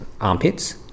Armpits